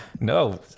No